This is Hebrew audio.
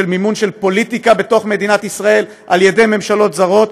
של מימון של פוליטיקה בתוך מדינת שישראל על ידי ממשלות זרות,